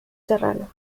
serrano